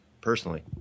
personally